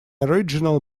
original